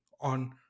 on